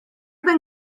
then